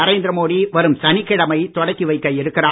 நரேந்திர மோடி வரும் சனிக்கிழமை தொடக்கி வைக்க இருக்கிறார்